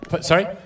Sorry